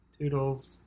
toodles